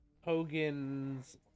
Hogan's